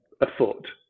afoot